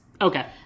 Okay